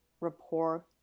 rapport